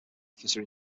officer